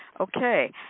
Okay